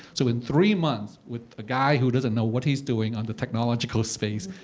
so in three months, with a guy who doesn't know what he's doing on the technological space,